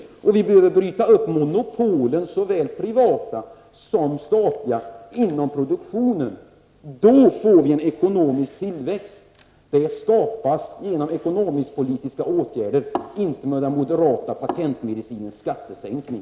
Vi behöver vidare bryta upp monopolen, såväl de privata som statliga, inom varuproduktionen. Då får vi en ekonomisk tillväxt. Det skapas genom ekonomisk-ppolitiska åtgärder, inte genom någon moderat patentmedicin i form av skattesänkning.